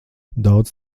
daudz